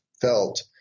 felt